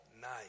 night